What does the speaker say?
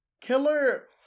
Killer